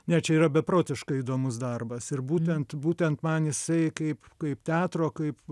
ne čia yra beprotiškai įdomus darbas ir būtent būtent man jisai kaip kaip teatro kaip